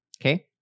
okay